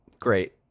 Great